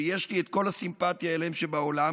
שיש לי את כל הסימפתיה שבעולם אליהם,